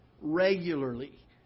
regularly